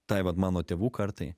tai vat mano tėvų kartai